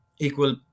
equal